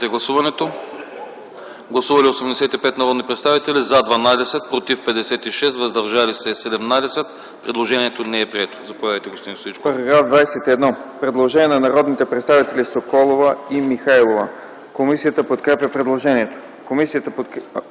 Гласували 85 народни представители: за 12, против 56, въздържали се 17. Предложението не е прието. Заповядайте, господин Стоичков.